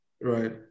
Right